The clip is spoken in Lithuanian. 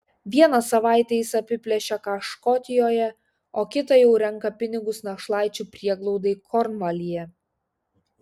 vieną savaitę jis apiplėšia ką škotijoje o kitą jau renka pinigus našlaičių prieglaudai kornvalyje